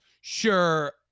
Sure